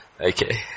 Okay